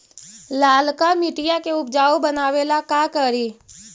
लालका मिट्टियां के उपजाऊ बनावे ला का करी?